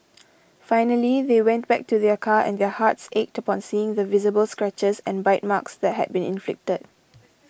finally they went back to their car and their hearts ached upon seeing the visible scratches and bite marks that had been inflicted